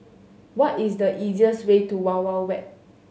what is the easiest way to Wild Wild Wet